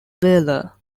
valor